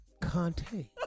Conte